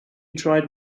tried